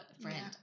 friend